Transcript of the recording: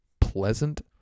pleasant